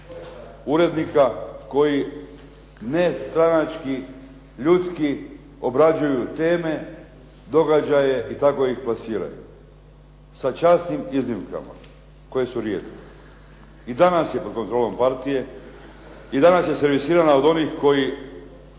Urednika koji nestranački, ljudski obrađuju teme, događaje i tako ih plasiraju. Sa časnim iznimkama, koje su rijetke. I danas je pod kontrolom partije, i danas je servisirana od onih koji